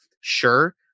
sure